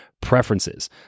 preferences